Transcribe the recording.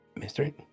mystery